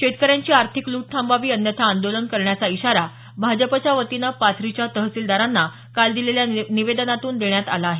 शेतकऱ्यांची आर्थिक लूट थांबवावी अन्यथा आंदोलन करण्याचा इशारा भाजपच्या वतीनं पाथरीच्या तहसीलदारांना काल दिलेल्या निवेदनातून देण्यात आला आहे